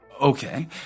Okay